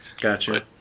Gotcha